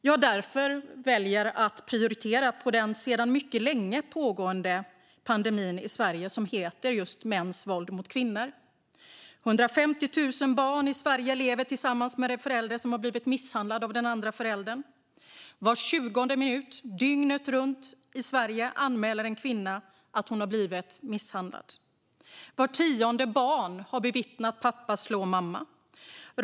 Jag väljer därför att fokusera på den i Sverige sedan mycket länge pågående pandemi som heter mäns våld mot kvinnor. Det är i Sverige 150 000 barn som lever tillsammans med en förälder som har blivit misshandlad av den andra föräldern. Var 20:e minut, dygnet runt, anmäler en kvinna i Sverige att hon har blivit misshandlad. Vart tionde barn har bevittnat hur pappa slår mamma.